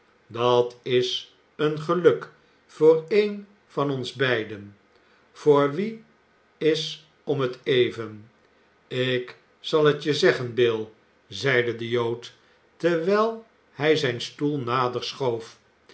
dat is een geluk voor één van ons beiden voor wien is om het even ik zal het je zeggen bill zeide de jood terwijl hij zijn stoel nader schoof